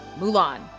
Mulan